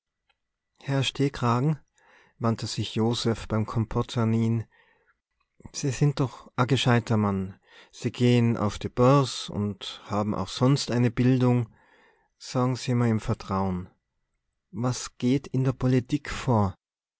herr stehkrage wandte sich joseph beim kompott an ihn sie sin doch e gescheiter mann se gehen auf die börs und haben auch sonst eine bildung sagen se merr im vertrauen was geht in der politik vor